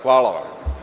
Hvala vam.